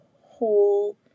whole